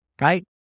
right